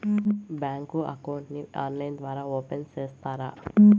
Bank account ని online ద్వారా open సేస్తారా?